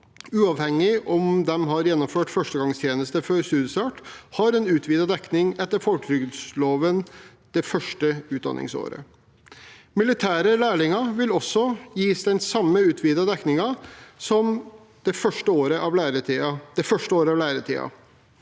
uavhengig av om de har gjennomført førstegangstjenesten før studiestart, har en utvidet dekning etter folketrygdloven det første utdanningsåret. Militære lærlinger vil gis den samme utvidede dekningen det første året av læretiden,